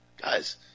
Guys